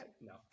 no